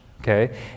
okay